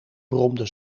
bromde